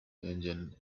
engine